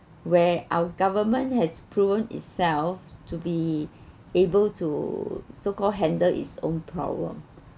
where our government has proven itself to be able to so called handle its own problem